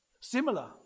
Similar